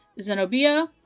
Zenobia